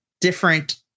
different